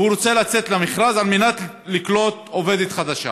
והוא רוצה לצאת למכרז על מנת לקלוט עובדת חדשה.